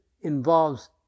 involves